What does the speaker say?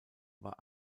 war